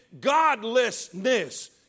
godlessness